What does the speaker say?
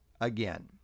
again